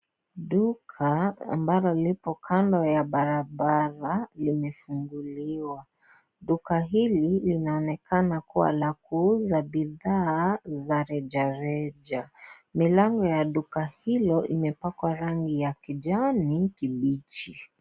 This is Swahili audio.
Duka ambalo liko kando ya barabara limefunguliwa. Duka hili linaonekana kuwa la kuuza bidhaa za rejareja. Milango ya duka hilo imepakwa rangi ya kijani kibichi.